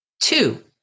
Two